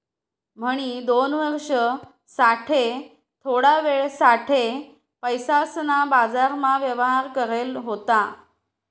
म्हणी दोन वर्ष साठे थोडा वेळ साठे पैसासना बाजारमा व्यवहार करेल होता